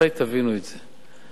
מתי תבינו את זה?